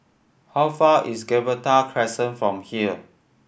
how far is Gibraltar Crescent from here